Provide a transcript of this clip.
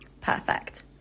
Perfect